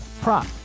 prop